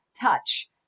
touch